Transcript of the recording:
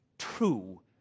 True